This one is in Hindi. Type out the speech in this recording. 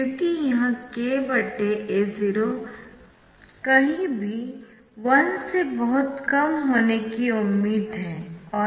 क्योंकि यह kA0 कहीं भी 1 से बहुत कम होने की उम्मीद है